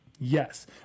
Yes